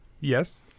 yes